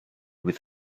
with